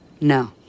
No